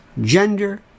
gender